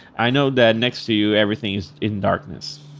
i know that next to you everything is in darkness.